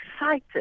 excited